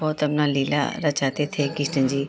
बहुत अपनी लीला रचाते थे कृष्ण जी